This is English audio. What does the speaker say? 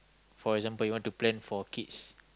for example you want to plan for kids